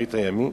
באחרית הימים,